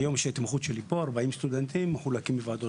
היום 40 סטודנטים מחולקים לוועדות